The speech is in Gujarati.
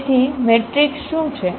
તેથી મેટ્રિક્સ શું છે